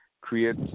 create